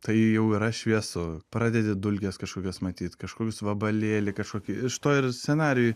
tai jau yra šviesu pradedi dulkes kažkokias matyt kažkokius vabalėlį kažkokį iš to ir scenarijui